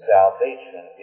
Salvation